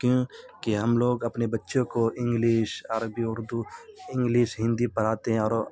کیوںکہ ہم لوگ اپنے بچوں کو انگلش عربی اردو انگلش ہندی پڑھاتے ہیں اور